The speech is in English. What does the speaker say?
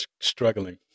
struggling